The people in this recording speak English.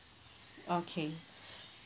okay